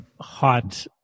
hot